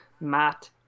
Matt